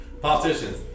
politicians